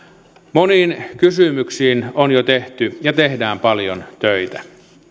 moniin kysymyksiin on jo tehty ja tehdään paljon töitä